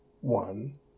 one